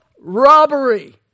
robbery